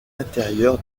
intérieur